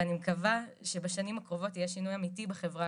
ואני מקווה שבשנים הקרובות יהיה שינוי אמיתי בחברה